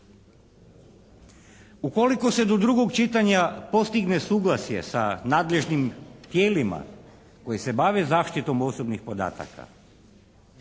Ukoliko se do drugog čitanja postigne suglasje sa nadležnim tijelima koji se bave zaštitom osobnih podataka